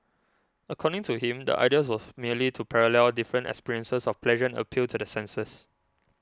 according to him the ideas was merely to parallel different experiences of pleasure and appeal to the senses